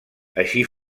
així